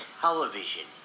television